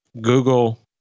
Google